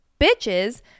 bitches